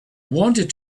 wanted